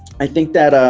i think that